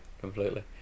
completely